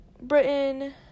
Britain